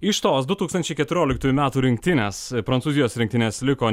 iš tos du tūkstančiai keturioliktųjų metų rinktinės prancūzijos rinktinės liko